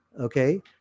okay